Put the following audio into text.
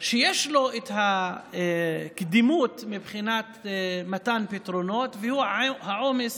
שיש לו קדימות מבחינת מתן פתרונות, והוא העומס